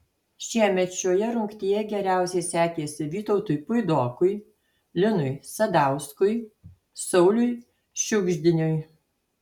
šiemet šioje rungtyje geriausiai sekėsi vytautui puidokui linui sadauskui sauliui šiugždiniui